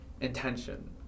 intention